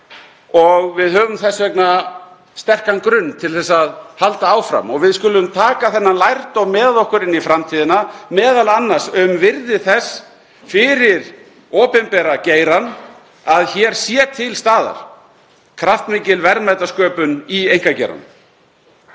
og við höfum þess vegna sterkan grunn til að halda áfram. Við skulum taka þennan lærdóm með okkur inn í framtíðina, m.a. um virði þess fyrir opinbera geirann að hér sé til staðar kraftmikil verðmætasköpun í einkageiranum.